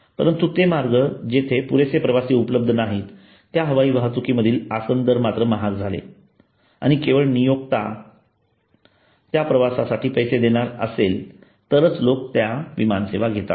परंतु ते मार्ग जेथे पुरेसे प्रवासी उपलब्ध नाहीत त्या हवाई वाहतुकी मधील आसनदर मात्र महाग झाले आणि केवळ नियोक्ता त्या प्रवासासाठी पैसे देणार असलेले लोकच फक्त त्या विमानसेवा घेतात